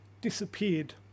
disappeared